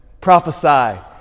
Prophesy